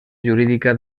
jurídica